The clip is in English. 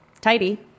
Tidy